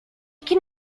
can